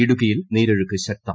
ഇടുക്കിയിൽ നീർൊഴുക്ക് ശക്തം